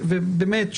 ובאמת,